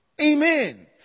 Amen